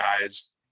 guys